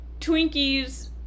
Twinkies